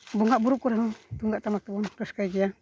ᱵᱚᱸᱜᱟᱜ ᱵᱩᱨᱩᱜ ᱠᱚᱨᱮ ᱦᱚᱸ ᱛᱩᱢᱫᱟᱜ ᱴᱟᱢᱟᱠ ᱛᱮᱵᱚᱱ ᱨᱟᱹᱥᱠᱟᱹᱭ ᱜᱮᱭᱟ